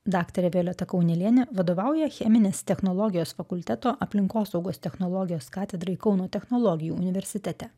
daktarė violeta kaunelienė vadovauja cheminės technologijos fakulteto aplinkosaugos technologijos katedrai kauno technologijų universitete